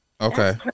Okay